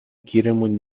گیرمون